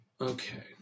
Okay